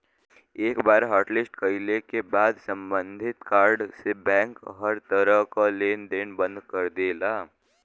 एक बार हॉटलिस्ट कइले क बाद सम्बंधित कार्ड से बैंक हर तरह क लेन देन बंद कर देला